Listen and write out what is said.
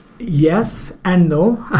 yes and no.